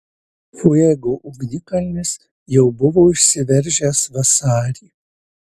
fuego ugnikalnis jau buvo išsiveržęs vasarį